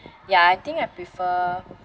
ya I think I prefer